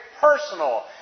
personal